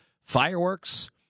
fireworks